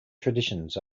traditions